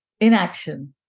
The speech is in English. Inaction